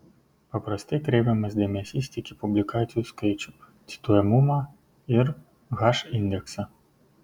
paprastai kreipiamas dėmesys tik į publikacijų skaičių cituojamumą ir h indeksą